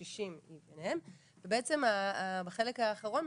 בני שישים פלוס ובעצם בחלק האחרון,